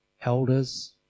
elders